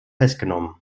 festgenommen